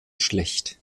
schlecht